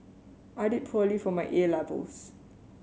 I did poorly for my 'A' levels